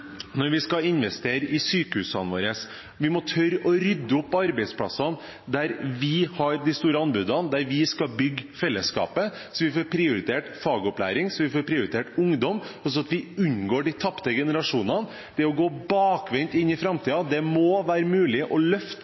når vi skal investere i sykehusene våre. Vi må tørre å rydde opp på de arbeidsplassene hvor vi har de store anbudene, og hvor vi skal bygge fellesskapet, sånn at vi får prioritert fagopplæring og ungdom, sånn at vi unngår å få tapte generasjoner. Det er å gå bakvendt inn i framtiden. Det må være mulig å løfte